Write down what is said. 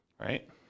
right